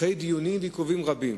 אחרי דיונים ועיכובים רבים.